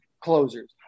closers